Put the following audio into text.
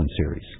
series